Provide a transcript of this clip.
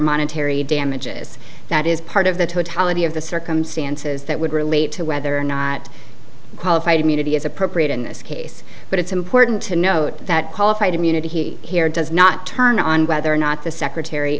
monetary damages that is part of the totality of the circumstances that would relate to whether or not qualified immunity is appropriate in this case but it's important to note that qualified immunity here does not turn on whether or not the secretary